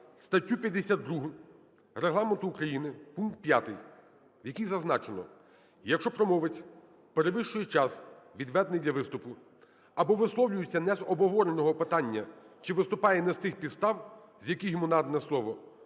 статтю 52 Регламенту України, пункт 5, в якій зазначено: "Якщо промовець перевищує час, відведений для виступу, або висловлюється не з обговореного питання чи виступає не з тих підстав, з яких йому надане слово,